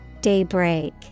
Daybreak